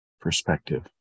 perspective